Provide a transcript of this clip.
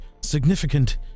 significant